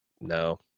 No